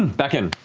back in.